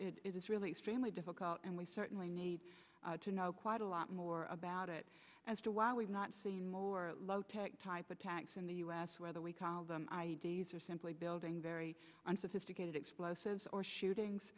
is really extremely difficult and we certainly need to know quite a lot more about it as to why we've not seen more low tech type attacks in the u s whether we call them idees or simply building very unsophisticated explosives or shootings